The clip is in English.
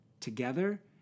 Together